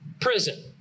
Prison